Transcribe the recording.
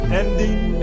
ending